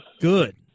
Good